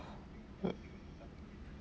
uh